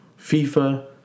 FIFA